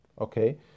okay